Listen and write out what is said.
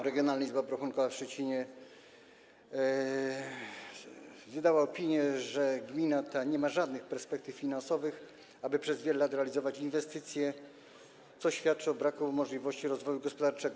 Regionalna Izba Obrachunkowa w Szczecinie wydała opinię, że gmina ta nie ma żadnych perspektyw finansowych, aby mogła przez wiele lat realizować inwestycje, co świadczy o braku możliwości rozwoju gospodarczego.